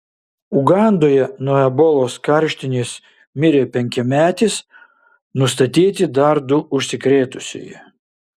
ugandoje nuo ebolos karštinės mirė penkiametis nustatyti dar du užsikrėtusieji